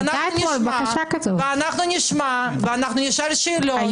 נשמע ונשאל שאלות.